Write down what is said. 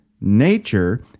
nature